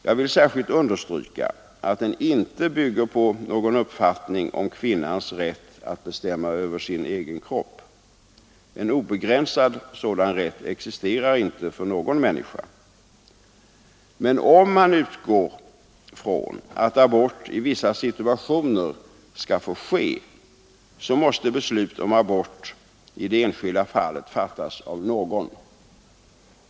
Jag vill särskilt understryka att den inte bygger på någon uppfattning om kvinnans rätt att bestämma över sin egen kropp. En obegränsad sådan rätt existerar inte för någon människa. Men om man utgår från att abort i vissa situationer skall få ske måste beslut om abort i det enskilda fallet fattas av någon.